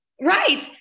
Right